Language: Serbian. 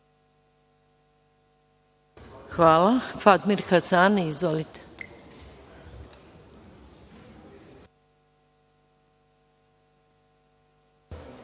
Hvala.